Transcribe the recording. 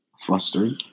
Flustered